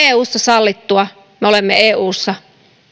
on eussa sallittua me olemme eussa